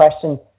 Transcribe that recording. question